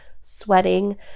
sweating